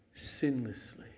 sinlessly